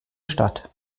stadt